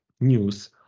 news